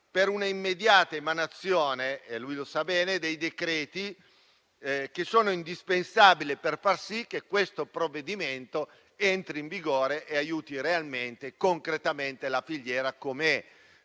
per una immediata emanazione - e lui lo sa bene - dei decreti, che sono indispensabili per far sì che questo provvedimento entri in vigore e aiuti realmente e concretamente la filiera, com'è